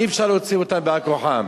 אי-אפשר להוציא אותם על-כורחם.